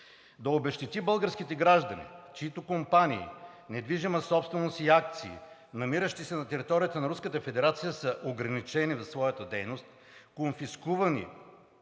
да обезщети българските граждани, чиито компании, недвижима собственост и акции, намиращи се на територията на Руската федерация, са ограничени в своята дейност, конфискувани